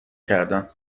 کردم